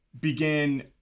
begin